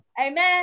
Amen